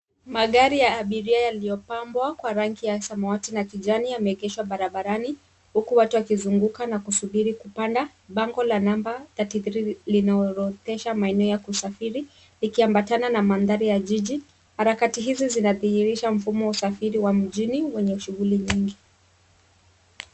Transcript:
Magari ya abiria yaliyopambwa kwa rangi ya samawati na kijani yameegeshwa barabarani, huku watu wakizunguka na kusubiri kupanda. Bango la namba 33,linaorodhesha maeneo ya kusafiri, likiambatana na mandhari ya jiji. Harakati hizi zinadhihirisha mfumo wa usafiri wa mjini wenye shughuli nyingi.